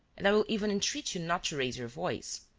and i will even entreat you not to raise your voice.